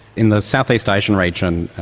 in the southeast asian region,